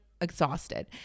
exhausted